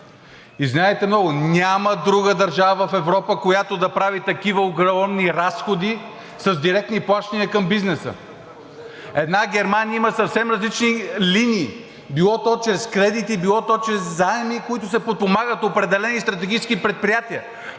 Извинявайте много, няма друга държава в Европа, която да прави такива огромни разходи с директни плащания към бизнеса. Една Германия има съвсем различни линии, било то чрез кредити, било то чрез заеми, с които се подпомагат определени стратегически предприятия.